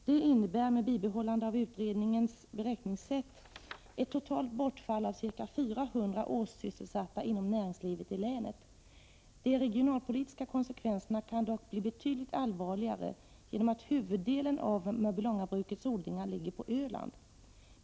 Det innebär med bibehållande av utredningens beräkningssätt ett totalt bortfall av cirka 400 årssysselsatta inom näringslivet i länet. De regionalpolitiska konsekvenserna kan dock bli betydligt allvarligare genom att huvuddelen av Mörbylångabrukets odlingar ligger på Öland.